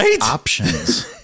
options